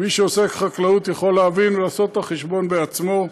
מי שעוסק בחקלאות יכול להבין ולעשות את החשבון בעצמו.